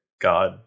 god